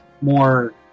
more